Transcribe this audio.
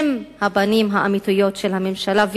הם הפנים האמיתיות של הממשלה.